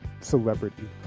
celebrity